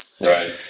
Right